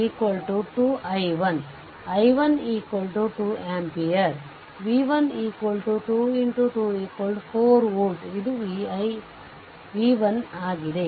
ಆದ್ದರಿಂದ i1 2 ampere ಆದ್ದರಿಂದ ಅಂದರೆ v1 2 2 4 volt ಇದು v1 ಆಗಿದೆ